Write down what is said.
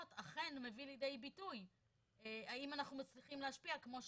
אכן מביא לידי ביטוי האם אנחנו מצליחים להשפיע כמו שתוכנן?